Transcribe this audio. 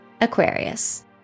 Aquarius